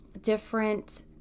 different